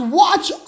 watch